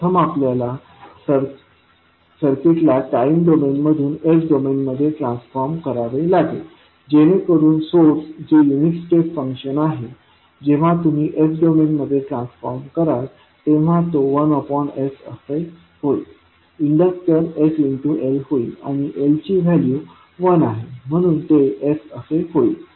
प्रथम आपल्याला सर्किटला टाईम डोमेन मधून s डोमेनमध्ये ट्रान्सफॉर्म करावे लागेल जेणेकरून सोर्स जे युनिट स्टेप फंक्शन आहे जेव्हा तुम्ही s डोमेनमध्ये ट्रान्सफॉर्म कराल तेव्हा तो 1s असे होईल इन्डक्टर sL होईल आणि L ची व्हॅल्यू 1 आहे म्हणून ते s असे होईल